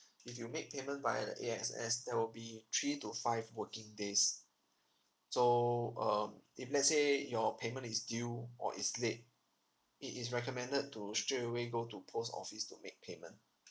if you make payment via the A_X_S there will be three to five working days so um if let's say your payment is due or is late it is recommended to straight away go to post office to make payment